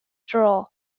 draw